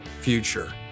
future